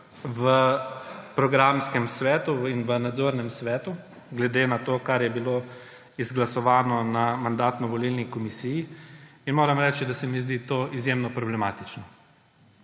v programskem svetu in v nadzornem svetu, glede na to, kar je bilo izglasovano na Mandatno-volilni komisiji. Moram reči, da se mi zdi to izjemno problematično.